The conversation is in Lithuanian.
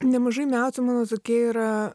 nemažai metų mano tokia yra